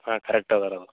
ಹಾಂ ಕರೆಕ್ಟ್ ಅದರವು